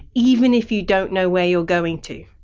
even if you don't know where you're going to.